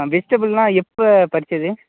விஜிடபுள்லாம் எப்போ பறித்தது